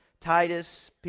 Titus